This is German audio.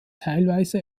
teilweise